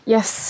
Yes